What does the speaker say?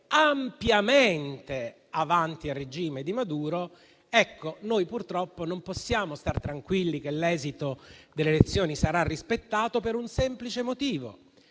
ampiamente davanti al regime di Maduro, noi purtroppo non possiamo stare tranquilli e pensare che l'esito delle elezioni sarà rispettato, per un semplice motivo: